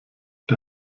der